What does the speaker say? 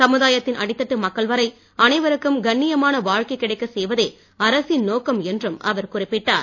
சமுதாயத்தின் அடித்தட்டு மக்கள் வரை அனைவருக்கும் கண்ணியமான வாழ்க்கை கிடைக்கச் செய்வதே அரசின் நோக்கம் என்றும் அவர் குறிப்பிட்டார்